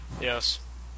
Yes